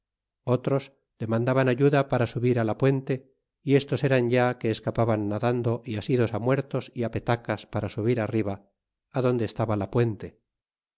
otros demandaban ayuda para subir á la puente y estos eran ya que escapaban nadando y asidos muertos y petacas para subir arriba adonde estaba la puente